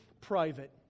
private